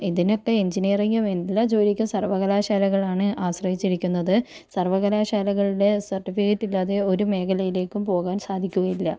ഇതിനിപ്പോൾ എഞ്ചിനീയറിങ്ങും എല്ലാ ജോലിക്കും സർവ്വകലാശാലകളെയാണ് ആശ്രയിച്ചിരിക്കുന്നത് സർവ്വകലാശാലകളുടെ സർട്ടിഫിക്കറ്റില്ലാതെ ഒരു മേഖലകളിലേക്കും പോകാൻ സാധിക്കുകയില്ല